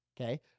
okay